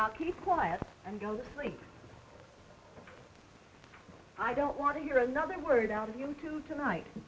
now keep quiet and go to sleep i don't want to hear another word out of you into tonight